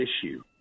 issue